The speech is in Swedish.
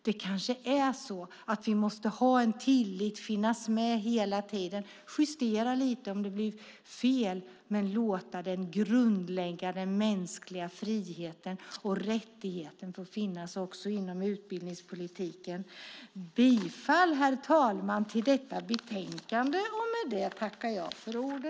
Det kanske är så att vi måste känna tillit, finnas med hela tiden, justera lite om det blir fel men låta den grundläggande mänskliga friheten och rättigheten få finnas också inom utbildningspolitiken. Herr talman! Jag yrkar bifall till förslaget i detta betänkande.